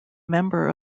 member